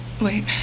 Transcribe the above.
Wait